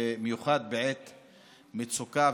במיוחד בעת מצוקה,